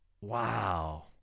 Wow